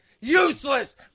useless